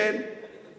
כן, כן.